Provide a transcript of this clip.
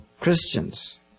Christians